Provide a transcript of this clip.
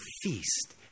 feast